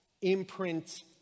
imprint